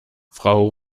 frau